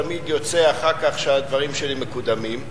תמיד יוצא אחר כך שהדברים שלי מקודמים,